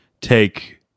take